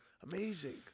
amazing